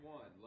one